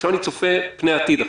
עכשיו אני צופה פני העתיד,